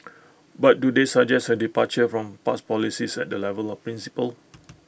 but do they suggest A departure from past policies at the level of principle